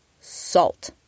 salt